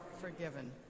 forgiven